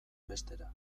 bestera